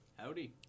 Howdy